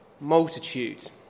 multitude